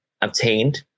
obtained